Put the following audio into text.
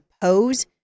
pose